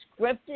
scripted